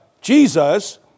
Jesus